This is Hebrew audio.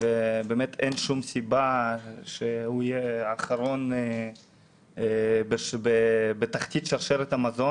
ואין שום סיבה שהוא יהיה האחרון בתחתית שרשרת המזון